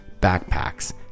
backpacks